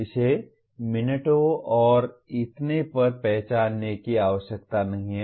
इसे मिनटों और इतने पर पहचानने की आवश्यकता नहीं है